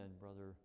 Brother